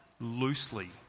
loosely